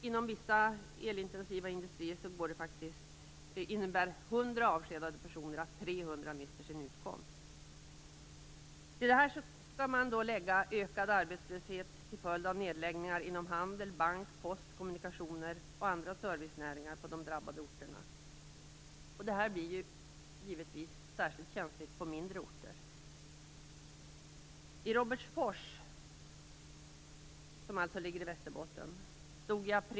Inom vissa elintensiva industrier innebär 100 Till detta skall läggas ökad arbetslöshet till följd av nedläggningar inom handel, bank, post, kommunikationer och andra servicenäringar på drabbade orter. Givetvis blir sådant här särskilt känsligt på mindre orter.